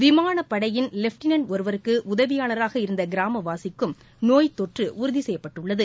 விமானப்படையின் லெப்டினென்ட் ஒருவருக்கு உதவியாளராக இருந்த கிராமவாசிக்கும் நோய் தொற்று உறுதி செய்யப்பட்டுள்ளது